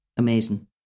amazing